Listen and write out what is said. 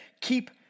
keep